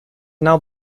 now